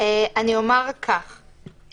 בדרך כלל,